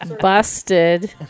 Busted